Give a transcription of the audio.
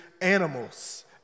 animals